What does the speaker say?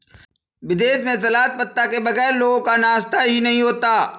विदेशों में सलाद पत्ता के बगैर लोगों का नाश्ता ही नहीं होता